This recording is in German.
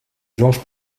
georges